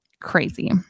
Crazy